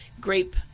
grape